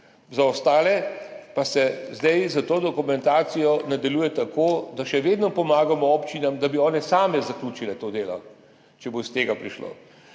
Za ostale pa se zdaj s to dokumentacijo nadaljuje tako, da še vedno pomagamo občinam, da bi one same zaključile to delo, če bo do tega prišlo.